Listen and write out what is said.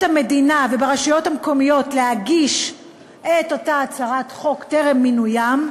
המדינה וברשויות המקומיות להגיש את אותה הצהרת הון טרם מינוים",